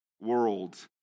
world